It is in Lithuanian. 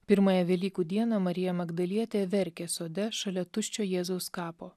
pirmąją velykų dieną marija magdalietė verkė sode šalia tuščio jėzaus kapo